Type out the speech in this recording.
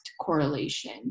correlation